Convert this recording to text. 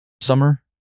summer